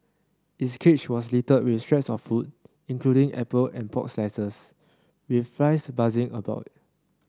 its cage was littered with scraps of food including apple and pork slices with flies buzzing around it